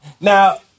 now